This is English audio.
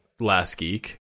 LastGeek